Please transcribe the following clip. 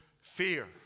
fear